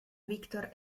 victor